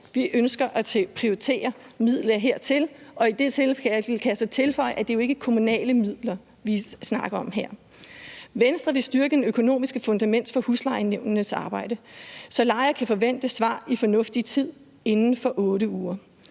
Vi ønsker at prioritere midler hertil, og til det kan jeg tilføje, at det ikke er kommunale midler, vi snakker om her. Venstre vil styrke det økonomiske fundament for huslejenævnenes arbejde, så lejere kan forvente svar i fornuftig tid inden for 8 uger.